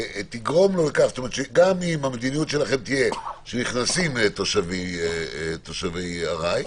שגם אם המדיניות שלכם תהיה שנכנסים תושבי ארעי,